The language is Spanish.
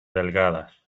delgadas